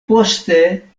poste